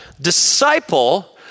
Disciple